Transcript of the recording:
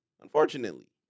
Unfortunately